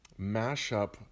mashup